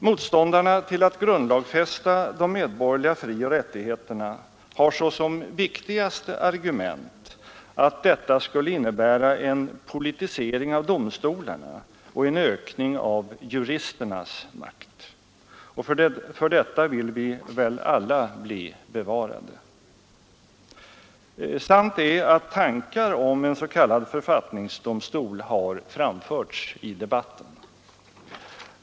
Motståndarna till att grundlagsfästa de medborgerliga frioch rättigheterna har såsom viktigaste argument att detta skulle innebära en politisering av domstolarna och en ökning av juristernas makt. För detta vill vi väl alla bli bevarade. Sant är att tankar på en sådan författningsdomstol har framförts i debatten.